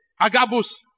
Agabus